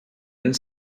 and